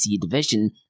Division